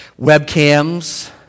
Webcams